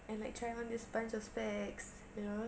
and like try on this bunch of specs you know